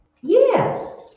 Yes